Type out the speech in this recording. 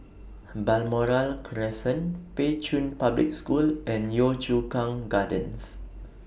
Balmoral Crescent Pei Chun Public School and Yio Chu Kang Gardens